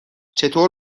چطور